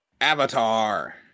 Avatar